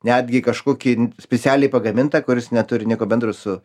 netgi kažkokį specialiai pagamintą kuris neturi nieko bendro su